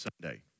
Sunday